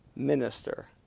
Minister